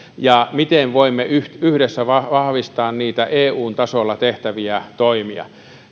ja miten voimme yhdessä vahvistaa niitä eun tasolla tehtäviä toimia